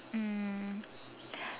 um